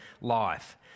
life